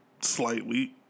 slightly